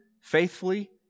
faithfully